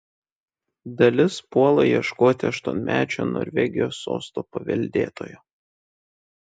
dalis puola ieškoti aštuonmečio norvegijos sosto paveldėtojo